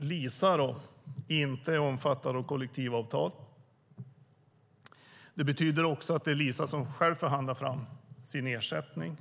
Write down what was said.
Lisa inte är omfattad av kollektivavtal. Det betyder också att det är Lisa som själv förhandlar fram sin ersättning.